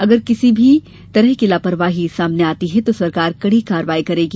अगर किसी की लापरवाही सामने आती है तो सरकार कड़ी कार्रवाई करेगी